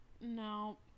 No